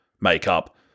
makeup